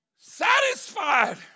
Satisfied